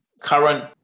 current